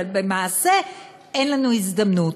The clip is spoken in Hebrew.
אבל למעשה אין לנו הזדמנות.